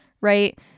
right